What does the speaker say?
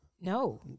No